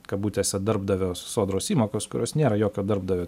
kabutėse darbdavio sodros įmokos kurios nėra jokio darbdavio